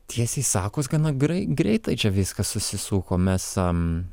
tiesiai sakus gana grei greitai čia viskas susisuko mes